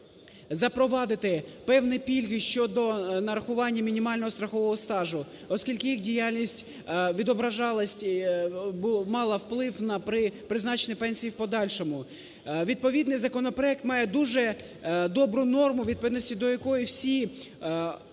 запровадити певні пільги щодо нарахування мінімального страхового стажу, оскільки їх діяльність відображалась, мала вплив на призначення пенсій в подальшому. Відповідний законопроект має дуже добру норму, у відповідності до якої всі